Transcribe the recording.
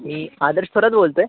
मी आदर्श खरात बोलतोय